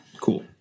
cool